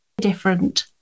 different